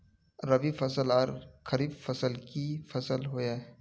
रवि फसल आर खरीफ फसल की फसल होय?